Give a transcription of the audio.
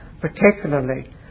particularly